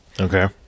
Okay